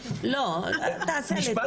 לא, תעשה לי טובה.